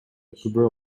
күбө